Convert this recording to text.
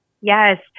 Yes